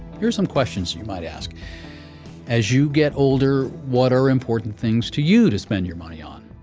here are some questions you you might ask as you get older, what are important things to you to spend your money on?